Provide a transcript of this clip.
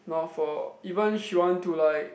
not for even she want to like